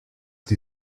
die